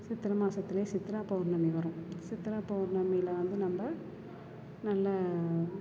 சித்தரை மாதத்துலயே சித்ரா பௌர்ணமி வரும் சித்ரா பௌர்ணமியில் வந்து நம்ம நல்ல